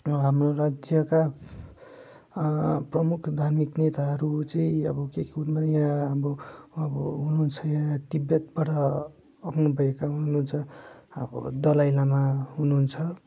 हाम्रो राज्यका प्रमुख धार्मिक नेताहरू चाहिँ अब यहाँ हाम्रो अब हुनुहुन्छ यहाँ तिब्बतबाट आउनु भएका हुनुहुन्छ अब दलाई लामा हुनुहुन्छ